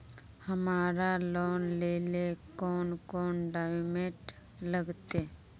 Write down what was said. हमरा लोन लेले कौन कौन डॉक्यूमेंट लगते?